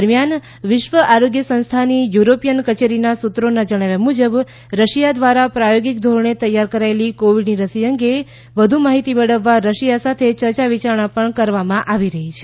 દરમિયાન વિશ્વ આરોગ્ય સંસ્થાની યુરોપીયન કચેરીનાં સૂત્રોનાં જણાવ્યાં મુજબ રશિયા દ્રારા પ્રાયોગીક ધોરણે તૈયાર કરાયેલી કોવિડની રસી અંગે વધુ માહિતી મેળવવાં રશિયા સાથે યર્યા વિયારણા કરવામાં આવી છે